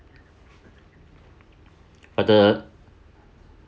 but the